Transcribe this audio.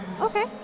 Okay